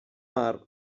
mar